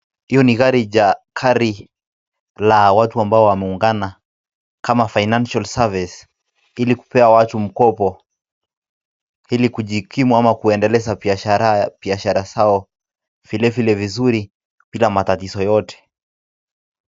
Hiyo ni gari cha gari la watu ambao wameungana kama financial service ili kupea watu mkopo ili kujikimu ama kuendeleza biashara zao vilevile vizuri bila matatizo yoyote.